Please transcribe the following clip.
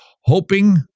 Hoping